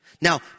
Now